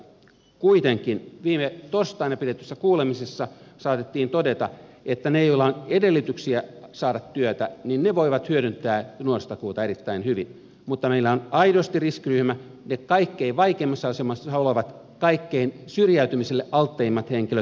kuitenkin viime torstaina pidetyssä kuulemisessa saatettiin todeta että ne joilla on edellytyksiä saada työtä voivat hyödyntää nuorisotakuuta erittäin hyvin mutta meillä on aidosti riskiryhmä ne kaikkein vaikeimmassa asemassa olevat syrjäytymiselle kaikkein altteimmat henkilöt